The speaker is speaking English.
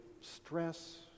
stress